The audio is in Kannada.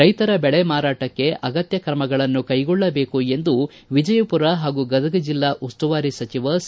ಕೈತರ ಬೆಳೆ ಮಾರಾಟಕ್ಕೆ ಅಗತ್ಯ ತ್ರಮಗಳನ್ನು ಕೈಗೊಳ್ಳಬೇಕು ಎಂದು ವಿಜಯಪುರ ಹಾಗೂ ಗದಗ ಜಿಲ್ಲಾ ಉಸ್ತುವಾರಿ ಸಚಿವ ಸಿ